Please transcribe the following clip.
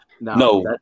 No